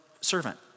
servant